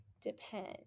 depend